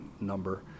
number